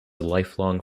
lifelong